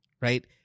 right